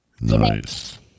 Nice